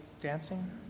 dancing